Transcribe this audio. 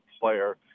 player